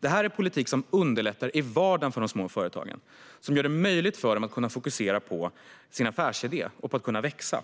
Detta är politik som underlättar i vardagen för de små företagen. Den gör det möjligt för dem att fokusera på sin affärsidé och på att kunna växa.